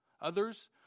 Others